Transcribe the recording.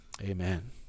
amen